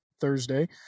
Thursday